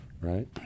Right